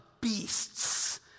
beasts